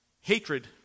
hatred